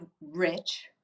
rich